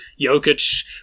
Jokic